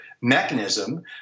mechanism